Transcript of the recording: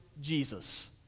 Jesus